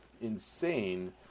insane